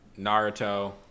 Naruto